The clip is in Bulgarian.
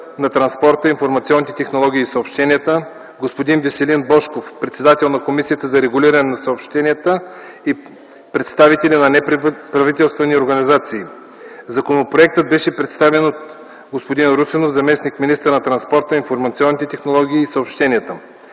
на транспорта, информационните технологии и съобщенията, господин Веселин Божков – председател на Комисията за регулиране на съобщенията, и представители на неправителствени организации. Законопроектът беше представен от господин Русинов – заместник-министър на транспорта, информационните технологии и съобщенията.